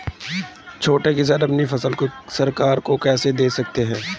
छोटे किसान अपनी फसल को सीधे सरकार को कैसे दे सकते हैं?